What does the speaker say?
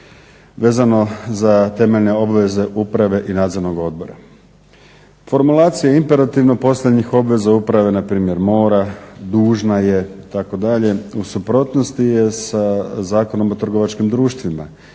Vezano za temeljne obveze uprave i nadzornog odbora. Formulacija je imperativ no posljednjih obveza uprave npr. mora, dužna je itd., u suprotnosti je sa Zakonom o trgovačkim društvima